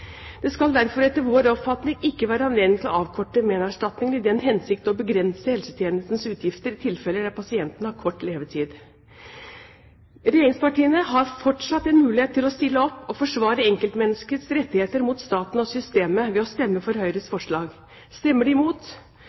Det skal derfor etter vår oppfatning ikke være anledning til å avkorte menerstatningen i den hensikt å begrense helsetjenestens utgifter i tilfeller der pasienten har kort levetid. Regjeringspartiene har fortsatt en mulighet til å stille opp og forsvare enkeltmenneskets rettigheter mot staten og systemet ved å stemme for Høyres forslag. Stemmer de imot,